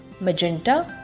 magenta